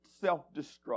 self-destruct